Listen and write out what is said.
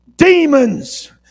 Demons